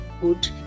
good